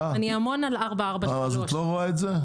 אני המון על 443. אז את לא רואה את זה?